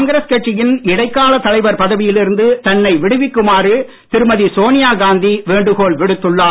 காங்கிரஸ் கட்சியின் இடைக்காலத் தலைவர் பதவியில் இருந்து தன்னை விடுவிக்குமாறு திருமதி சோனியாகாந்தி வேண்டுகோள் விடுத்துள்ளார்